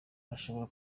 hashobora